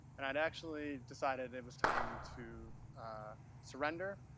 and i had actually decided it was time to surrender,